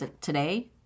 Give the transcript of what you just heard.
today